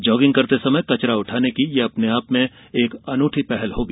jogging करते समय कचरा उठाने की यह अपने आप में एक अनूठी पहल होगी